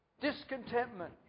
discontentment